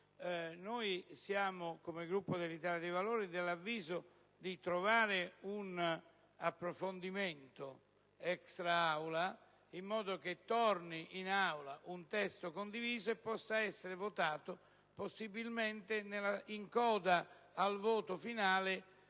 delicato, il Gruppo dell'Italia dei Valori è dell'avviso di trovare un approfondimento extra Aula in modo che torni in questa sede un testo condiviso, che possa essere votato possibilmente in coda al voto finale